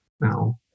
now